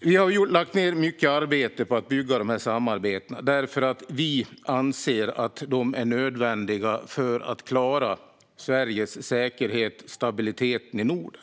Vi har lagt ned mycket arbete på att bygga dessa samarbeten därför att vi anser att de är nödvändiga för att klara Sveriges säkerhet och stabiliteten i Norden.